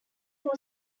who